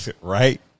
Right